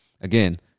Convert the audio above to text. again